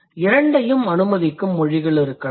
இரண்டையும் அனுமதிக்கும் மொழிகள் இருக்கலாம்